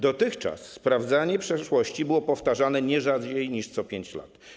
Dotychczas sprawdzenie przeszłości było powtarzane nie rzadziej niż co 5 lat.